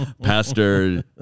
Pastor